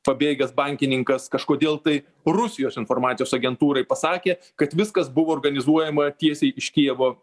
pabėgęs bankininkas kažkodėl tai rusijos informacijos agentūrai pasakė kad viskas buvo organizuojama tiesiai iš kijevo